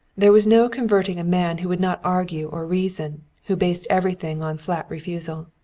there was no converting a man who would not argue or reason, who based everything on flat refusal.